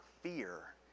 fear